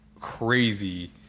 crazy